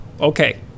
okay